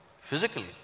physically